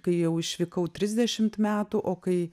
kai jau išvykau trisdešimt metų o kai